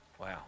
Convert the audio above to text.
Wow